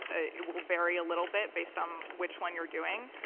it will vary a little bit based on which one you're doing.